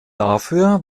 dafür